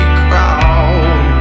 crowd